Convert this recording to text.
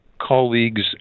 colleagues